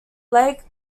lake